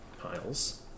piles